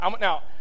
Now